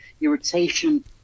irritation